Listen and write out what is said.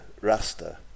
rasta